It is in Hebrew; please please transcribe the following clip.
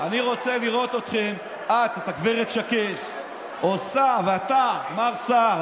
אני רוצה לראות אתכם, את, גב' שקד, ואתה, מר סער.